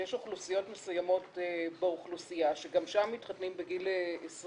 שיש אוכלוסיות מסוימות שגם שם מתחתנים בגיל 20,